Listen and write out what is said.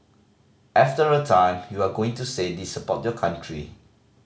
after a time you are going to say this about your country